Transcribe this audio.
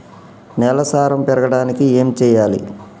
నేల సారం పెరగడానికి ఏం చేయాలి?